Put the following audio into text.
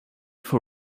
for